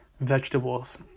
Vegetables